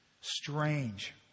strange